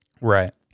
right